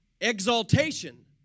exaltation